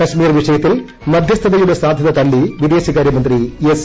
കാശ്മീർ വിഷയത്തിൽ മധ്യസ്ഥതയുടെ സാധ്യത തള്ളി വിദേശകാര്യമന്ത്രി എസ്